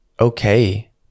okay